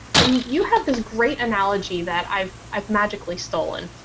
and you have the great analogy that i've i've magically stolen.